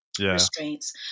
restraints